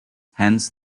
hence